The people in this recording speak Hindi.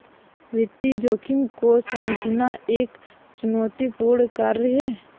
वित्तीय जोखिम को समझना एक चुनौतीपूर्ण कार्य है